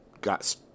got